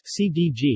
CDG